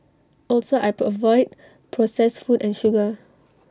also I avoid processed food and sugar